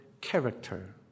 character